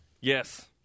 Yes